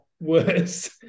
worse